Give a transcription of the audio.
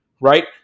right